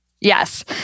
Yes